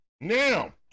Now